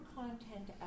content